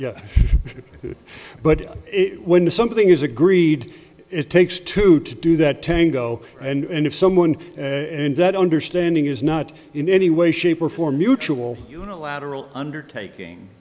but when something is agreed it takes two to do that tango and if someone in that understanding is not in any way shape or form mutual unilateral undertaking